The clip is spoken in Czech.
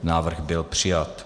Návrh byl přijat.